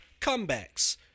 comebacks